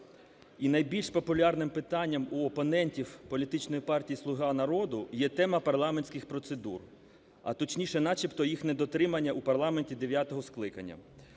і найбільш популярним питанням у опонентів політичної партії "Слуга народу" є тема парламентських процедур, а точніше начебто їх недотримання у парламенті дев'ятого скликання.